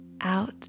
out